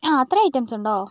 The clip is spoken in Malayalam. ആ അത്രയും ഐറ്റംസ് ഉണ്ടോ